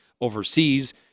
overseas